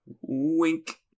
Wink